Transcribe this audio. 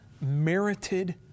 Merited